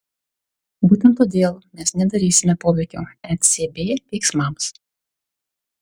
būtent todėl mes nedarysime poveikio ecb veiksmams